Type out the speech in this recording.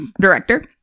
director